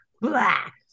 black